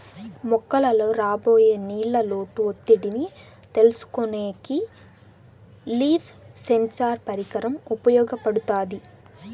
మొక్కలలో రాబోయే నీళ్ళ లోటు ఒత్తిడిని తెలుసుకొనేకి లీఫ్ సెన్సార్ పరికరం ఉపయోగపడుతాది